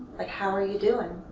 like how are you doing?